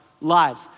lives